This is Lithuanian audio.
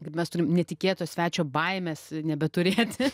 kaip mes turim netikėto svečio baimės nebeturėti